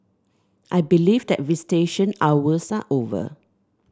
I believe that visitation hours are over